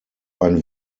ein